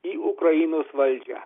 į ukrainos valdžią